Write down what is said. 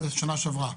שנה שעברה,